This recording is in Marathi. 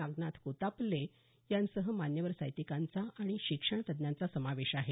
नागनाथ कोत्तापल्ले याशिवाय मान्यवर साहित्यिकांचा आणि शिक्षण तज्ज्ञांचा समावेश आहे